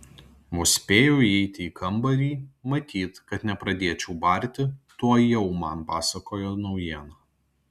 vos spėjau įeiti į kambarį matyt kad nepradėčiau barti tuojau man papasakojo naujieną